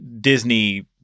Disney